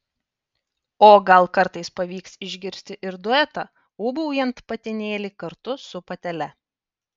o gal kartais pavyks išgirsti ir duetą ūbaujant patinėlį kartu su patele